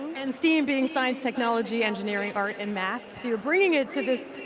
and steam being science, technology, engineering, art, and math so you're bringing it to this,